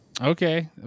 Okay